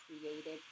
created